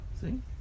see